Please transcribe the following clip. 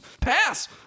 Pass